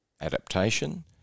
adaptation